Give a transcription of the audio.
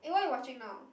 eh what you watching now